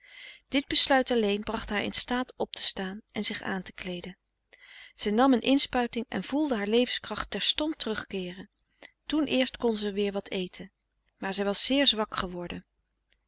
dit besluit alleen bracht haar in staat op te staan en zich aan te kleeden zij nam een inspuiting en voelde haar levenskracht terstond terugkeeren toen eerst kon ze weer wat eten maar zij was zeer zwak geworden